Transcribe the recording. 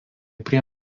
prie